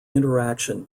interaction